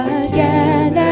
again